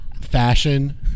Fashion